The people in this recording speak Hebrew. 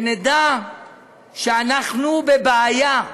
שנדע שאנחנו בבעיה,